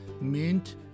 Mint